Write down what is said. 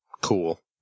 Cool